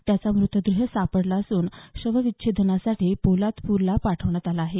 त्याचा म़तदेह सापडला असून शवविच्छेदनासाठी पोलादपूरला पाठविण्यात आला आहे